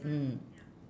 mm